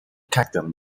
cadmium